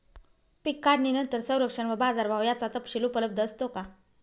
पीक काढणीनंतर संरक्षण व बाजारभाव याचा तपशील उपलब्ध असतो का?